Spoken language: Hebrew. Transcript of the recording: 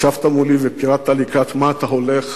ישבת מולי ופירטת לקראת מה אתה הולך,